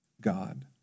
God